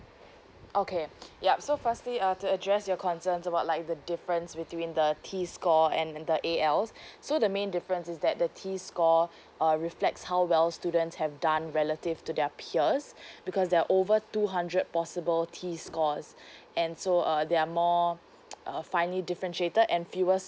okay yup so firstly uh to address your concerns about like the difference between the T score and and the A_L's so the main difference is that the T score uh reflects how well students have done relative to their peers because there're over two hundred possible T scores and so uh they are more uh finely differentiated and fewer